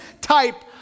type